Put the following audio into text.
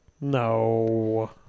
No